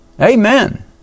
amen